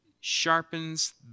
sharpens